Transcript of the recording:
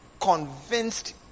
convinced